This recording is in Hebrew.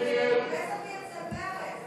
תחפש אותי אצל מרצ.